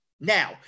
now